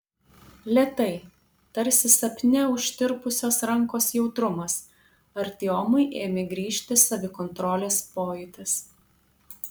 lėtai tarsi sapne užtirpusios rankos jautrumas artiomui ėmė grįžti savikontrolės pojūtis